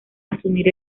asumir